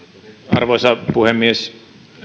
arvoisa puhemies